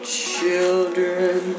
children